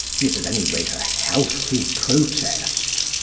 he is at any rate a healthy protest.